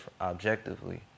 objectively